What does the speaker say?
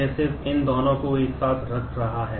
यह सिर्फ इन दोनों को एक साथ रख रहा है